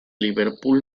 liverpool